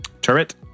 Turret